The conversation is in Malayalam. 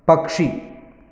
പക്ഷി